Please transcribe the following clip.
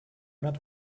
not